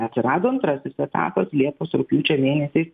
atsirado antrasis etapas liepos rugpjūčio mėnesiais